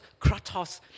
Kratos